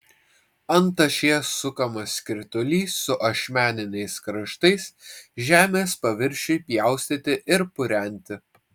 ant ašies sukamas skritulys su ašmeniniais kraštais žemės paviršiui pjaustyti ir purenti